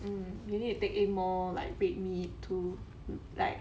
um you need to take in more like red meat too like